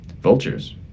Vultures